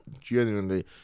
genuinely